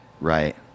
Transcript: Right